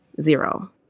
zero